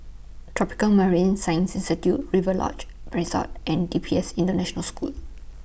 Tropical Marine Science Institute Rider's Lodge Resort and D P S International School